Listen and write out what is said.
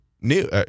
new